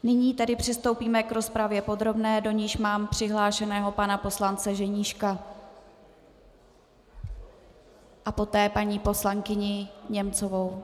Nyní tedy přistoupíme k rozpravě podrobné, do níž mám přihlášeného pana poslance Ženíška a poté paní poslankyni Němcovou.